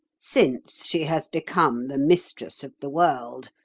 since she has become the mistress of the world.